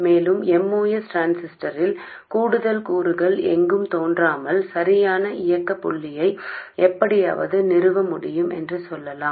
மேலும் MOS டிரான்சிஸ்டரில் கூடுதல் கூறுகள் எங்கும் தோன்றாமல் சரியான இயக்கப் புள்ளியை எப்படியாவது நிறுவ முடியும் என்று சொல்லலாம்